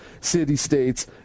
city-states